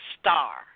star